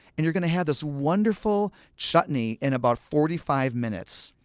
and you're going to have this wonderful chutney in about forty five minutes.